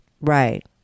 Right